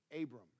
Abram